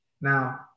Now